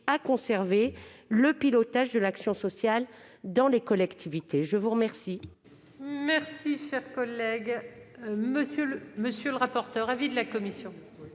à conserver le pilotage de l'action sociale dans les collectivités. Quel